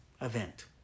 event